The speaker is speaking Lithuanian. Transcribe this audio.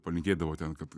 palinkėdavo ten kad